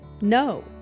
No